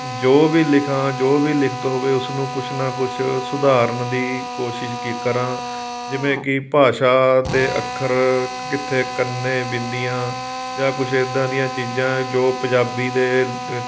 ਜੋ ਵੀ ਲਿਖਾਂ ਜੋ ਵੀ ਲਿਖਤ ਹੋਵੇ ਉਸਨੂੰ ਕੁਝ ਨਾ ਕੁਝ ਸੁਧਾਰਨ ਦੀ ਕੋਸ਼ਿਸ਼ ਕੀ ਕਰਾਂ ਜਿਵੇਂ ਕਿ ਭਾਸ਼ਾ ਦੇ ਅੱਖਰ ਕਿੱਥੇ ਕੰਨੇ ਬਿੰਦੀਆਂ ਜਾਂ ਕੁਝ ਇੱਦਾਂ ਦੀਆਂ ਚੀਜ਼ਾਂ ਜੋ ਪੰਜਾਬੀ ਦੇ